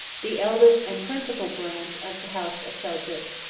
the eldest and principal branch of the house of seljuk.